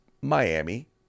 Miami